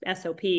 SOP